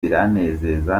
biranezeza